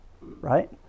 right